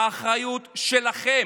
האחריות שלכם.